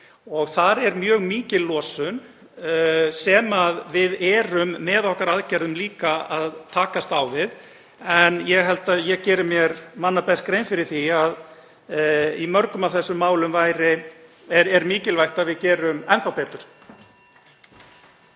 Þar er mjög mikil losun sem við erum með okkar aðgerðum líka að takast á við. En ég held að ég geri mér manna best grein fyrir því að í mörgum af þessum málum er mikilvægt að við gerum enn betur.